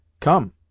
Come